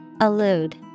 Allude